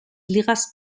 ligas